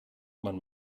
man